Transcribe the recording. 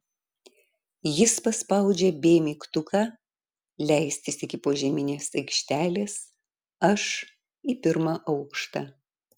jis paspaudžia b mygtuką leistis iki požeminės aikštelės aš į pirmą aukštą